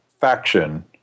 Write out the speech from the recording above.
faction